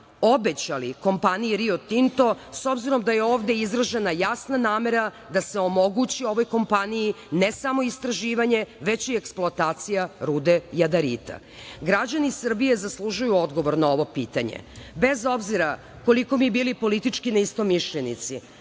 obećali kompaniji Rio Tinto, s obzirom da je ovde izražena jasna namera da se omogući ovoj kompaniji ne samo istraživanje već i eksploatacija rude jadarita? Građani Srbije zaslužuju odgovor na ovo pitanje. Bez obzira koliko mi bili politički neistomišljenici,